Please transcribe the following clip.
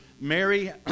Mary